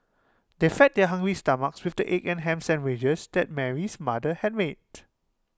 they fed their hungry stomachs with the egg and Ham Sandwiches that Mary's mother had made